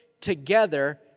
together